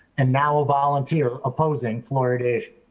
and now a volunteer opposing fluoridation.